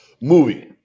Movie